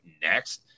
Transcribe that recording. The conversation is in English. next